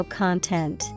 content